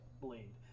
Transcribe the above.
blade